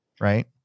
right